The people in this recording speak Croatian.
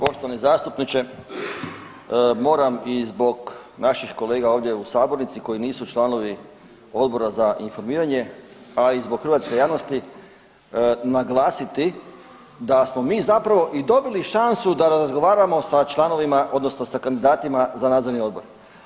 Poštovani zastupniče, moram i zbog naših kolega ovdje u sabornici koji nisu članovi Odbora za informiranje, a i zbog hrvatske javnosti naglasiti da smo mi zapravo i dobili šansu da razgovaramo sa članovima odnosno sa kandidatima za nadzorni odbor.